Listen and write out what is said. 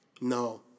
no